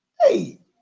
Hey